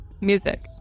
Music